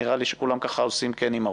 נראה לי שכולם עושים "כן" עם הראש,